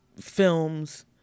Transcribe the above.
films